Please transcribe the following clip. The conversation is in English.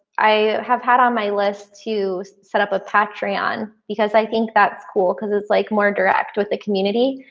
i have had on my list to set up a factory on because i think that's cool because it's like more direct with the community.